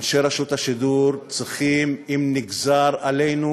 אנשי רשות השידור צריכים, אם נגזר עלינו